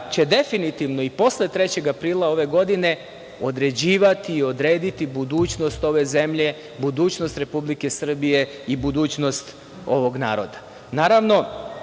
će definitivno i posle 3. aprila ove godine određivati i odrediti budućnost ove zemlje, budućnost Republike Srbije i budućnost ovog naroda.U